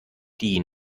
die